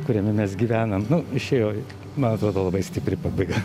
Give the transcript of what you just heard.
kuriame mes gyvename nu išėjo man atrodo labai stipri pabaiga